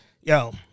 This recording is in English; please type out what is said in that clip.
yo